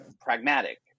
pragmatic